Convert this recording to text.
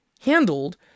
handled